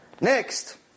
Next